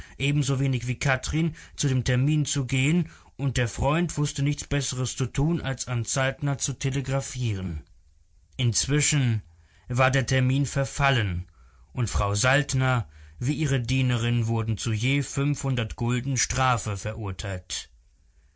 ebensowenig wie kathrin zu dem termin zu gehen und der freund wußte nichts besseres zu tun als an saltner zu telegraphieren inzwischen war der termin verfallen und frau saltner wie ihre dienerin wurden zu je fünfhundert gulden strafe verurteilt